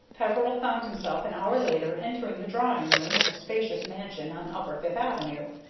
peveril found himself an hour later entering the drawing-room of a spacious mansion on upper fifth avenue.